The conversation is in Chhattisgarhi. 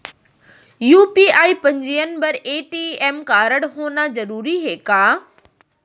यू.पी.आई पंजीयन बर ए.टी.एम कारडहोना जरूरी हे का?